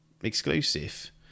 exclusive